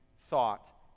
thought